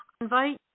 invite